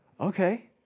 Okay